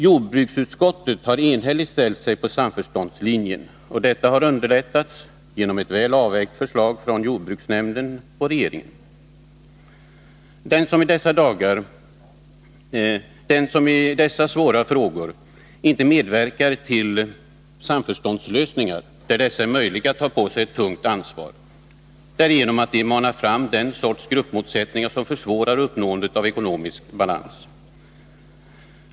Jordbruksutskottet har enhälligt ställt sig bakom en samförståndslinje, och detta har underlättats genom ett väl avvägt förslag från jordbruksnämnden och regeringen. De som i dessa svåra frågor inte medverkar till samförståndslösningar där dessa är möjliga tar på sig ett tungt ansvar därigenom att de manar fram den sorts gruppmotsättningar som försvårar uppnåendet av ekonomisk balans.